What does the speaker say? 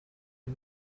une